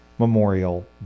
memorial